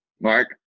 Mark